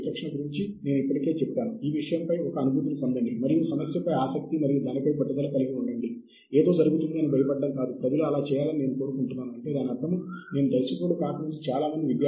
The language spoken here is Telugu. మరియు నేను ఇక్కడ జాబితా చేస్తున్న ఆన్లైన్ వనరులలో ఇలాంటివి మనకు చాలా ఉన్నాయి